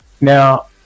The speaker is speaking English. Now